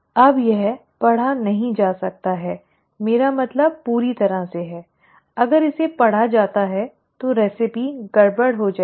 अब यह पढ़ा नहीं जा सकता है मेरा मतलब पूरी तरह से है अगर इसे पढ़ा जाता है तो रेसिपी गड़बड़ हो जाएगी